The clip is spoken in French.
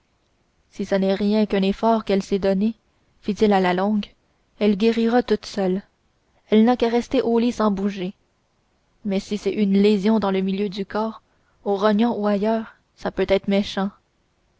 si ça n'est rien qu'un effort qu'elle s'est donné fit-il à la longue elle guérira toute seule elle n'a qu'à rester au lit sans bouger mais si c'est une lésion dans le milieu du corps aux rognons ou ailleurs ça peut être méchant